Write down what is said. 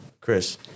Chris